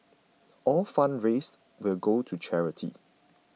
all funds raised will go to charity